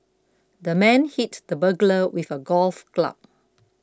the man hit the burglar with a golf club